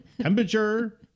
Temperature